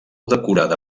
decorada